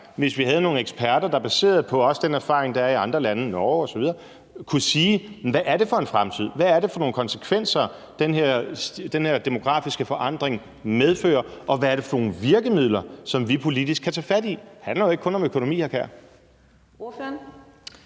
hvis vi havde nogle eksperter, som baseret på den erfaring, der også er i andre lande, Norge osv., kunne sige: Hvad bliver det for en fremtid, hvad er det for nogle konsekvenser, som den her demografiske forandring medfører, og hvad er det for nogle virkemidler, som vi politisk kan tage fat i? Det handler jo ikke kun om økonomi, hr.